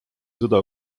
sõda